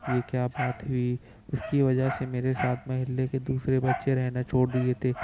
یہ کیا بات ہوئی اس کی وجہ سے میرے ساتھ محلے کے دوسرے بچے رہنا چھوڑ دیے تھے